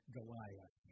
Goliath